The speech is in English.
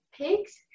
pigs